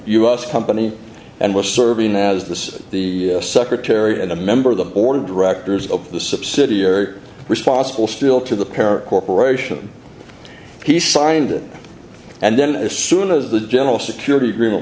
s company and was serving as the city the secretary and a member of the board of directors of the subsidiary responsible still to the parent corporation he signed it and then as soon as the general security agreement